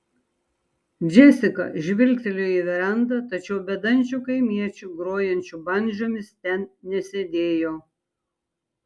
džesika žvilgtelėjo į verandą tačiau bedančių kaimiečių grojančių bandžomis ten nesėdėjo